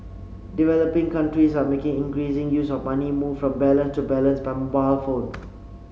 developing countries are making increasing use of money moved from balance to balance by mobile phone